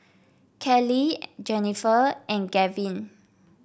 Keli Jenifer and Gavyn